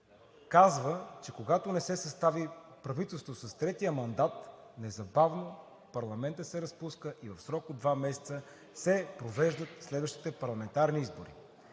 казва, че когато не се състави правителство с третия мандат, незабавно парламентът се разпуска и в срок от два месеца се провеждат следващите парламентарни избори.